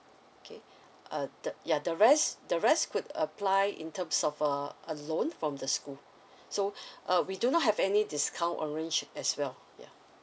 okay uh the ya the rest the rest could apply in terms of a a loan from the school so uh we do not have any discount arranged as well yeah